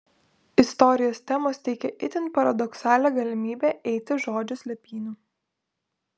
istorijos temos teikė itin paradoksalią galimybę eiti žodžio slėpynių